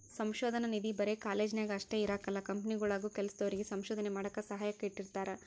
ಸಂಶೋಧನಾ ನಿಧಿ ಬರೆ ಕಾಲೇಜ್ನಾಗ ಅಷ್ಟೇ ಇರಕಲ್ಲ ಕಂಪನಿಗುಳಾಗೂ ಕೆಲ್ಸದೋರಿಗೆ ಸಂಶೋಧನೆ ಮಾಡಾಕ ಸಹಾಯಕ್ಕ ಇಟ್ಟಿರ್ತಾರ